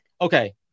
okay